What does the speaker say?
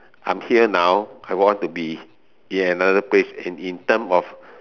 I'm here now I want to be in another place at in terms of